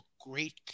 Great